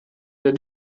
der